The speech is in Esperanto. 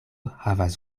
havas